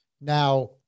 Now